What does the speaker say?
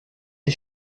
les